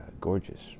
gorgeous